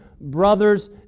brothers